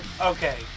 Okay